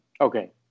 okay